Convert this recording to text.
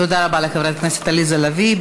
תודה רבה לחברת הכנסת עליזה לביא.